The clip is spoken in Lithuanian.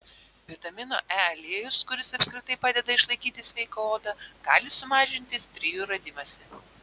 vitamino e aliejus kuris apskritai padeda išlaikyti sveiką odą gali sumažinti strijų radimąsi